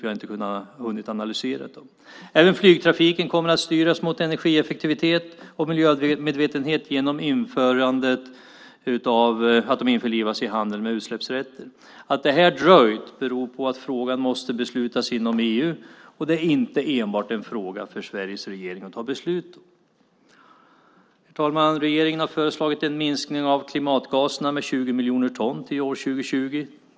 Vi har inte hunnit analysera dem. Även flygtrafiken kommer att styras mot energieffektivitet och miljömedvetenhet genom att den införlivas i handeln med utsläppsrätter. Att det dröjt beror på att frågan måste beslutas inom EU och inte enbart är en fråga för Sveriges regering att fatta beslut om. Herr talman! Regeringen har föreslagit en minskning av klimatgaserna med 20 miljoner ton till år 2020.